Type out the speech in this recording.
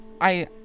I-